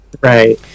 right